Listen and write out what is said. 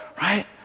right